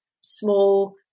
small